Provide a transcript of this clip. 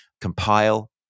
compile